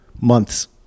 months